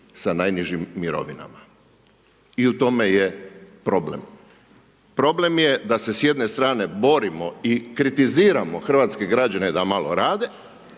sa najnižim mirovinama i u tome je problem. Problem je da se s jedne strane borimo i kritiziramo hrvatske građane da malo rade,